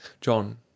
john